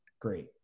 great